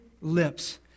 lips